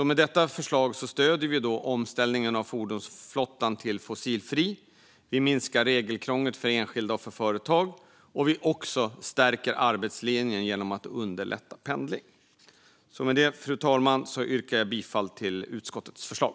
Med detta förslag stöder vi omställningen av fordonsflottan till fossilfritt, minskar regelkrånglet för både enskilda och företag och stärker arbetslinjen genom att underlätta pendling. Med detta, fru talman, yrkar jag bifall till utskottets förslag.